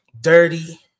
dirty